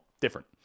different